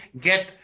get